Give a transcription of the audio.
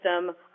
system